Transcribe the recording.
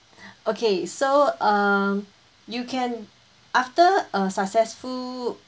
okay so um you can after a successful